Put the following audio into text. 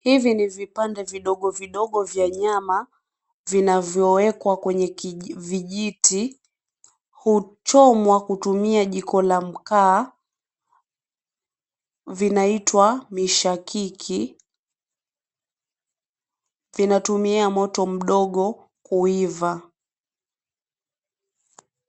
Hivi ni vipande vidogo vidogo vya nyama vinavyowekwa kwenye vijiti, huchomwa kutumia jiko la mkaa, vinaitwa mishakiki, vinatumia moto mdogo kuiva.